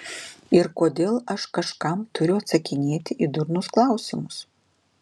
ir kodėl aš kažkam turiu atsakinėti į durnus klausimus